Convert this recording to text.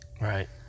Right